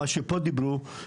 שדיברו פה,